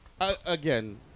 again